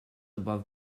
above